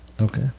Okay